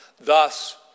Thus